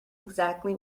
exactly